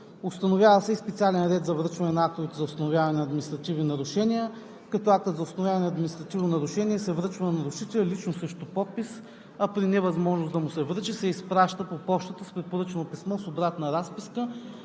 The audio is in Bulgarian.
Установява се и специален ред за връчване на актовете за установяване на административни нарушения, като актът за установяване на административно нарушение се връчва на нарушителя лично срещу подпис, а при невъзможност да му се връчи, се изпраща по пощата с препоръчано писмо с обратна разписка.